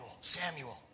Samuel